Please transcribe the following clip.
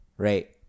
Right